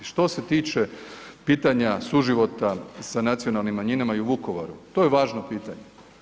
Što se tiče pitanja suživota sa nacionalnim manjinama i u Vukovaru, to je važno pitanje.